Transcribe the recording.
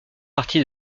partie